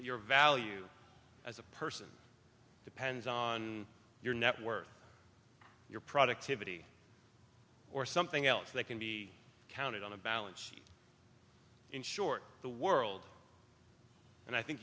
your value as a person depends on your net worth your productivity or something else that can be counted on a balance sheet in short the world and i think